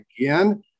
again